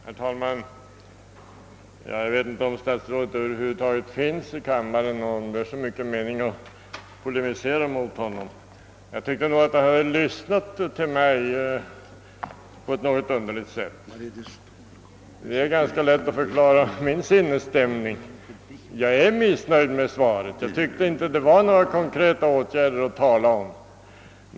Herr talman! Jag vet inte om statsrådet nu finns här i kammaren och det är kanske därför inte så stor mening att polemisera mot honom. Jag tycker emellertid att han har lyssnat på mig på ett något underligt sätt. Det är ganska lätt att förklara min sinnesstämning: jag är missnöjd med svaret. Jag tyckte inte att det innehöll några förslag till konkreta åtgärder av värde att tala om.